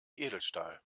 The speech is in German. edelstahl